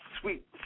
Sweet